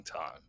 time